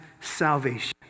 salvation